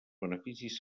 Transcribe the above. beneficis